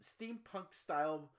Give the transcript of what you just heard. steampunk-style